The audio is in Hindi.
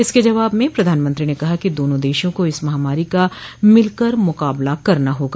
इसके जवाब में प्रधानमंत्री ने कहा कि दोनों देशों को इस महामारी का मिलकर मुकाबला करना होगा